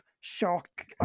Shock